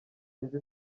inzu